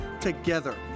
together